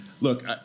look